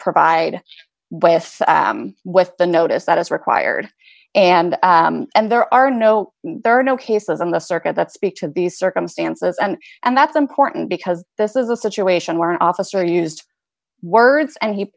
provide with the notice that is required and and there are no there are no cases in the circuit that speaks of these circumstances and and that's important because this is a situation where an officer used words and he